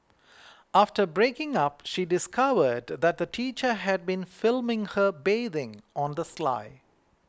after breaking up she discovered that the teacher had been filming her bathing on the sly